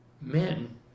Men